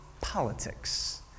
politics